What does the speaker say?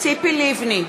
ציפי לבני,